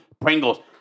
Pringles